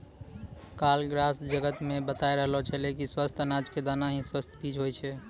काल ग्राम जगत मॅ बताय रहलो छेलै कि स्वस्थ अनाज के दाना हीं स्वस्थ बीज होय छै